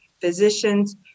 physicians